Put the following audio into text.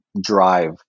drive